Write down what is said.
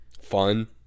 Fun